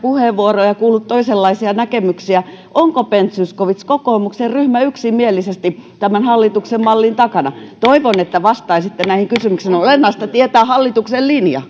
puheenvuoroja ja kuullut toisenlaisia näkemyksiä onko ben zyskowicz kokoomuksen ryhmä yksimielisesti tämän hallituksen mallin takana toivon että vastaisitte näihin kysymyksiin on olennaista tietää hallituksen linja